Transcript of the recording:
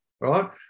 right